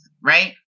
right